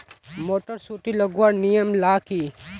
Motor सुटी लगवार नियम ला की?